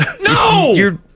No